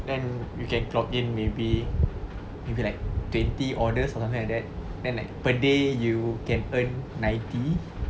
then you can clock in maybe maybe like twenty orders something like that then like per day you can earn ninety